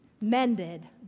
mended